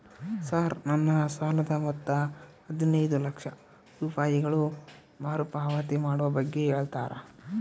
Sir ನನ್ನ ಸಾಲದ ಮೊತ್ತ ಹದಿನೈದು ಲಕ್ಷ ರೂಪಾಯಿಗಳು ಮರುಪಾವತಿ ಮಾಡುವ ಬಗ್ಗೆ ಹೇಳ್ತೇರಾ?